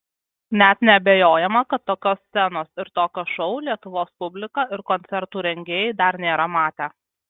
net neabejojama kad tokios scenos ir tokio šou lietuvos publika ir koncertų rengėjai dar nėra matę